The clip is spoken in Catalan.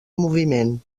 moviment